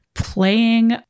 playing